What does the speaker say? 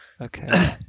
Okay